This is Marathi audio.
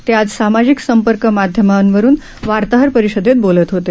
ते आज सामाजिक संपर्क माध्यमावरून वार्ताहर परिषदेत बोलत होते